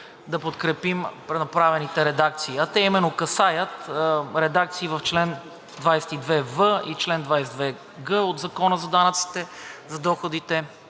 да подкрепим направените редакции. Те именно касаят редакции в чл. 22в и чл. 22г от Закона за данъците за доходите